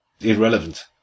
irrelevant